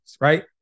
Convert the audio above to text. right